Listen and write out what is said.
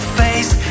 face